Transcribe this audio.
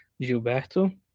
Gilberto